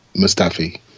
Mustafi